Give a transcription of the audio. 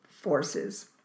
forces